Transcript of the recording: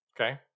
Okay